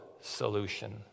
solution